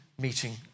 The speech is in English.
meeting